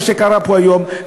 מה שקרה פה היום,